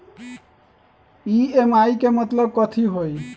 EMI के मतलब कथी होई?